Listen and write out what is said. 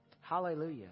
Hallelujah